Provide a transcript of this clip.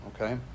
okay